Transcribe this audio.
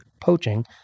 poaching